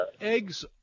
eggs